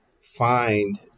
find